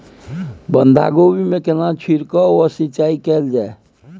बंधागोभी कोबी मे केना छिरकाव व सिंचाई कैल जाय छै?